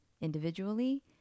individually